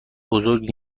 بزرگ